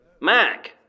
Mac